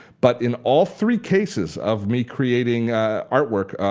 but in all three cases of me creating artwork,